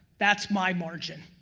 that's my margin,